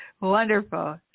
wonderful